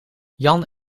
jan